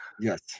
Yes